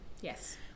Yes